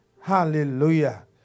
Hallelujah